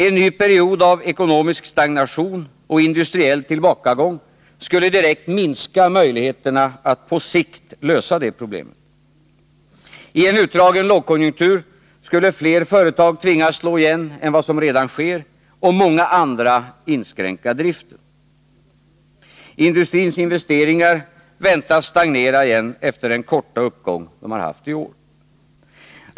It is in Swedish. En ny period av ekonomisk stagnation och industriell tillbakagång skulle direkt minska möjligheterna att på sikt lösa det problemet. I en utdragen lågkonjunktur skulle fler företag tvingas slå igen än vad som redan sker och många andra inskränka driften. Industrins investeringar väntas stagnera igen efter den korta uppgången i år.